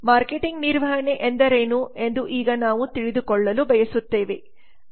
marketing ನಿರ್ವಹಣೆ ಎಂದರೇನು ಎಂದು ಈಗ ನಾವು ತಿಳಿದುಕೊಳ್ಳಲು ಬಯಸುತ್ತೇವೆ